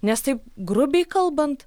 nes taip grubiai kalbant